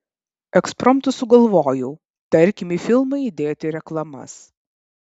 ekspromtu sugalvojau tarkim į filmą įdėti reklamas